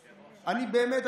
באמת,